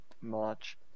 March